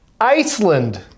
Iceland